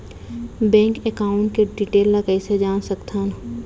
Bank account के detail ल कइसे जान सकथन?